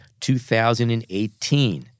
2018